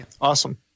Awesome